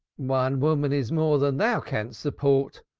one woman is more than thou canst support,